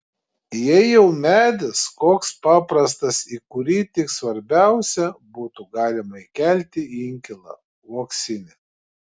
jei jau medis koks paprastas į kurį tik svarbiausia būtų galima įkelti inkilą uoksinį